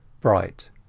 Bright